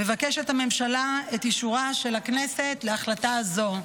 מבקשת הממשלה את אישורה של הכנסת להחלטה זו.